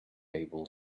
able